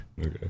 Okay